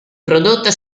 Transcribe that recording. prodotta